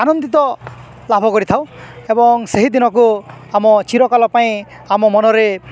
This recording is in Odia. ଆନନ୍ଦିତ ଲାଭ କରିଥାଉ ଏବଂ ସେହିଦିନକୁ ଆମ ଚୀରକାଳ ପାଇଁ ଆମ ମନରେ